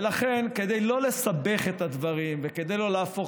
ולכן כדי לא לסבך את הדברים וכדי לא להפוך